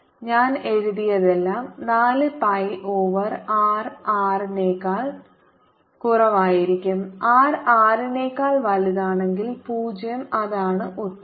ഞാൻ എഴുതിയതെല്ലാം 4 pi over R r R നെക്കാൾ കുറവായിരിക്കും r R നെക്കാൾ വലുതാണെങ്കിൽ പൂജ്യം അതാണ് ഉത്തരം